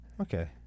Okay